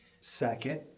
Second